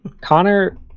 Connor